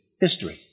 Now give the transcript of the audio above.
history